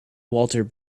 walter